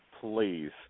Please